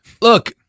Look